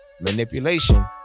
Manipulation